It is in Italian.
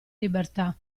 libertà